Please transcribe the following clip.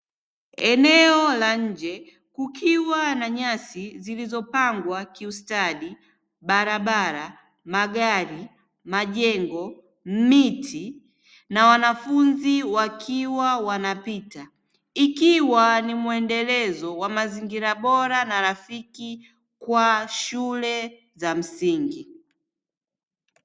Eneo la nje kukiwa na nyasi zilizopangwa kiustadi, barabara, magari, majengo, miti na wanafunzi wakiwa wanapita ikiwa ni muendelezo wa mazingira bora na rafiki kwa shule za msingi.